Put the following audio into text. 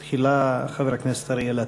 תחילה, חבר הכנסת אריאל אטיאס,